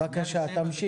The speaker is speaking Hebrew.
בבקשה, תמשיך.